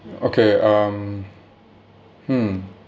okay um hmm